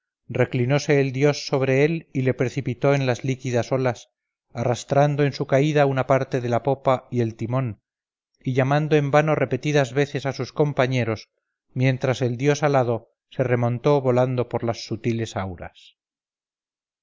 reclinose el dios sobre él y le precipitó en las líquidas olas arrastrando en su caída una parte de la popa y el timón y llamando en vano repetidas veces a sus compañeros mientras el dios alado se remontó volando por las sutiles auras